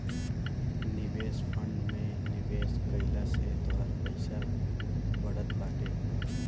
निवेश फंड में निवेश कइला से तोहार पईसा बढ़त बाटे